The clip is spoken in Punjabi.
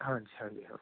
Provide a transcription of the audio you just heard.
ਹਾਂਜੀ ਹਾਂਜੀ ਹਾਂ